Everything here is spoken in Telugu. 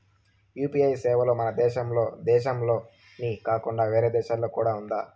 యు.పి.ఐ సేవలు మన దేశం దేశంలోనే కాకుండా వేరే దేశాల్లో కూడా ఉందా?